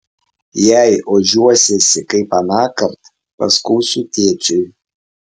jei ožiuosiesi kaip anąkart paskųsiu tėčiui